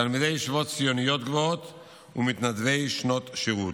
תלמידי ישיבות ציוניות גבוהות ומתנדבי שנות שירות.